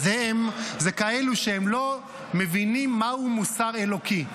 הם כאלה שלא מבינים מהו מוסר אלוקי.